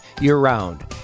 year-round